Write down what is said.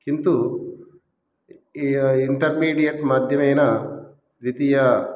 किन्तु एय् इण्ट्र्मिडियट् माध्यमेन द्वितीयम्